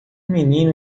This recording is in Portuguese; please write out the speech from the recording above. menino